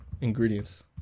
Ingredients